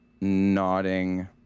nodding